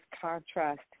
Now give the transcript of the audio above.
contrast